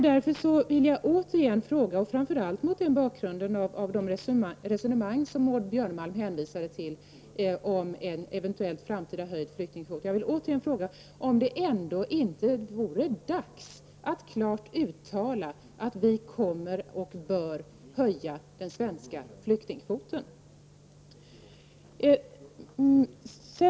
Jag vill återigen fråga — framför allt mot bakgrund av de resonemang som Maud Björnemalm hänvisade till — om det ändå inte vore dags att klart uttala att vi kommer att och bör höja den svenska flyktingkvoten.